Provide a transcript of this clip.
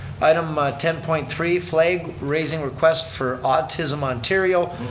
item ten point three, flag raising request for autism ontario.